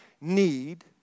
need